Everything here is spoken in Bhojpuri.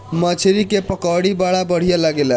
मछरी के पकौड़ी बड़ा बढ़िया लागेला